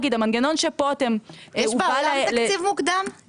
יש בעולם תקציב מוקדם?